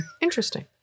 Interesting